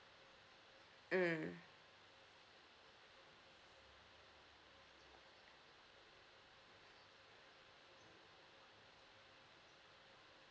mm